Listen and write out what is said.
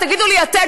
תגידו לי אתם,